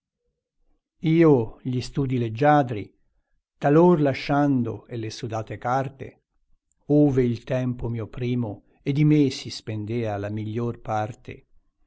io gli studi leggiadri talor lasciando e le sudate carte ove il tempo mio primo e di me si spendea la miglior parte